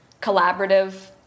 collaborative